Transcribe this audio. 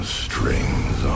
strings